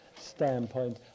standpoint